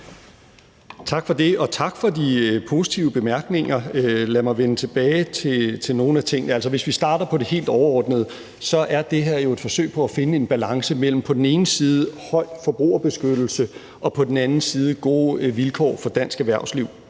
Tak for det, og tak for de positive bemærkninger. Lad mig vende tilbage til nogle af tingene senere. Hvis vi starter på det helt overordnede, er det her jo et forsøg på at finde en balance mellem på den ene side en høj forbrugerbeskyttelse og på den anden side gode vilkår for dansk erhvervsliv.